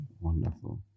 wonderful